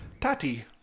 tati